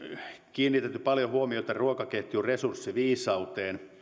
kiinnitetty paljon huomiota ruokaketjun resurssiviisauteen